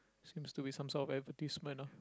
seems to be some sort of advertisement ah